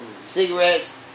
Cigarettes